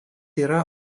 yra